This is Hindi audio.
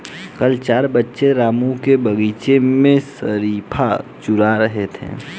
कल चार बच्चे रामू के बगीचे से शरीफा चूरा रहे थे